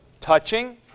touching